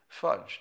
fudged